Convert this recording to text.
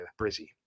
Brizzy